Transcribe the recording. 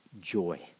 Joy